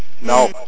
No